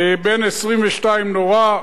בן 22 נורה.